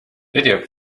video